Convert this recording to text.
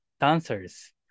dancers